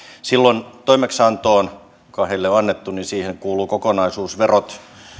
silloin toimeksiantoon joka heille on annettu kuuluu kokonaisuus verot